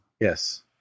Yes